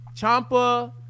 champa